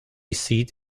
seat